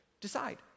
decide